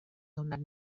donat